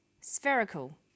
spherical